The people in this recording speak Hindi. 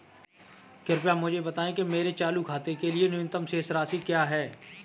कृपया मुझे बताएं कि मेरे चालू खाते के लिए न्यूनतम शेष राशि क्या है?